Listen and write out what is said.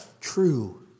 true